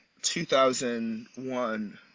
2001